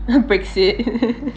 breaks it